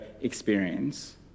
experience